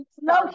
No